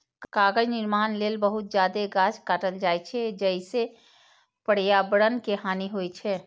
कागज निर्माण लेल बहुत जादे गाछ काटल जाइ छै, जइसे पर्यावरण के हानि होइ छै